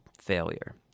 failure